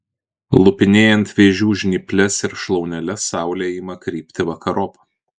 lupinėjant vėžių žnyples ir šlauneles saulė ima krypti vakarop